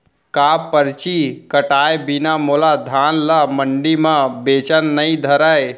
का परची कटाय बिना मोला धान ल मंडी म बेचन नई धरय?